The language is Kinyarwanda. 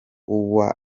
uwoya